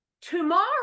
Tomorrow